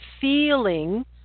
feeling